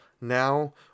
now